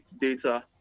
data